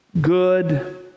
good